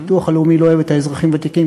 הביטוח הלאומי לא אוהב את "אזרחים ותיקים",